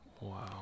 Wow